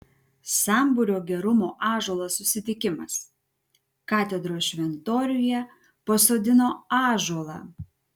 sambūrio gerumo ąžuolas susitikimas katedros šventoriuje pasodino ąžuolą